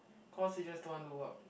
cause you just don't want to work